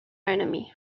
enemy